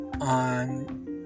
on